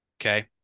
Okay